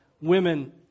women